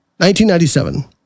1997